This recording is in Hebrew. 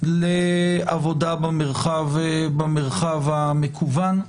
לעבודה במרחב המקוון.